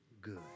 good